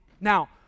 Now